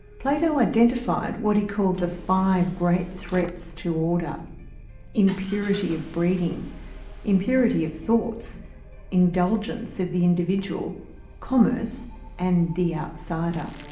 plato identified what he called the five great threats to order impurity of breeding impurity of thoughts indulgence of the individual commerce and the outsider.